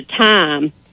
time